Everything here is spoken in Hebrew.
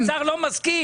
האוצר לא מסכים.